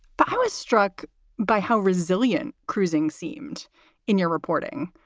but i was struck by how resilient cruising seems in your reporting.